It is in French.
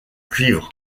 cuivre